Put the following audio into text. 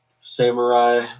Samurai